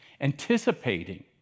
anticipating